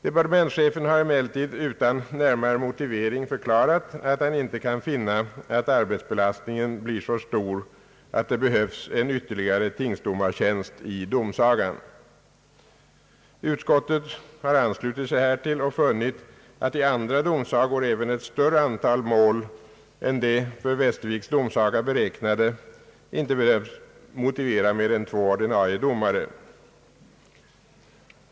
Departementschefen har emellertid utan närmare motivering förklarat att han inte kan finna att arbetsbelastningen blir så stor att det behövs en ytterligare tingsdomartjänst i domsagan, Utskottet har anslutit sig härtill och funnit att i andra domsagor även ett större antal mål än de för Västerviks domsaga beräknade inte behövt motivera mer än två ordinarie domare.